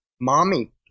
Mommy